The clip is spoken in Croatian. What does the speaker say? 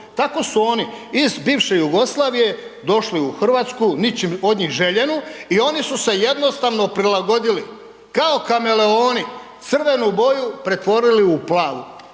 Tako su oni iz bivše Jugoslavije došli u RH, ničim od njih željenu i oni su se jednostavno prilagodili kao kameleoni, crvenu boju pretvorili u plavu,